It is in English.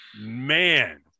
Man